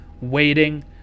waiting